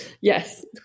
Yes